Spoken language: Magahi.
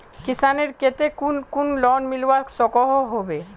किसानेर केते कुन कुन लोन मिलवा सकोहो होबे?